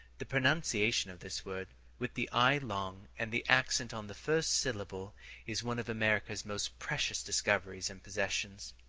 the pronunciation of this word with the i long and the accent on the first syllable is one of america's most precious discoveries and possessions.